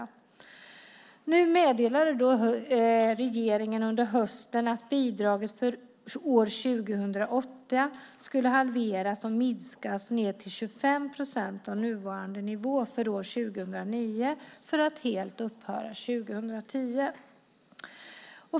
Under hösten meddelade regeringen att bidraget för år 2008 skulle halveras och att det skulle minskas ned till 25 procent av nuvarande nivå för år 2009 för att helt upphöra 2010.